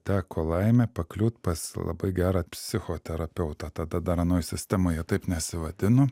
teko laimė pakliūt pas labai gerą psichoterapeutą tada dar anoj sistemoje taip nesivadino